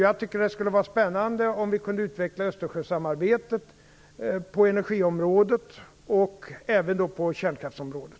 Jag tycker att det skulle vara spännande om vi kunde utveckla Östersjösamarbetet på energiområdet och även på kärnkraftsområdet.